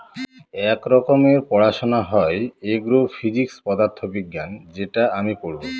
এক রকমের পড়াশোনা হয় এগ্রো ফিজিক্স পদার্থ বিজ্ঞান যেটা আমি পড়বো